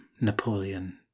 Napoleon